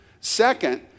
Second